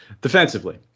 defensively